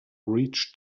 reach